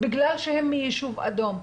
בגלל שהם מיישוב אדום.